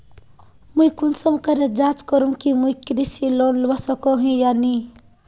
मुई कुंसम करे जाँच करूम की मुई कृषि लोन लुबा सकोहो ही या नी?